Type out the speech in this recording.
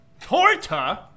torta